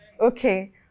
Okay